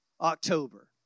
October